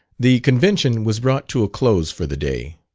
the convention was brought to a close for the day.